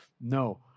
No